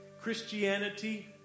Christianity